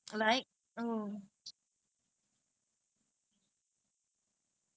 I I actually is around the same bollywood and hollywood around the same